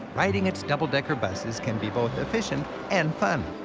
riding its double-decker buses can be both efficient and fun.